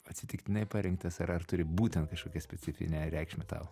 atsitiktinai parinktas ar ar turi būtent kažkokią specifinę reikšmę tau